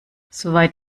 soweit